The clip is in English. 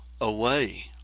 away